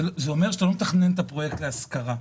זה אומר שאתה לא מתכנן את הפרויקט להשכרה,